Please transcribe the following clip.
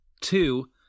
two